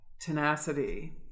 tenacity